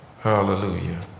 Hallelujah